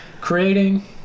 creating